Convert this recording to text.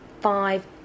five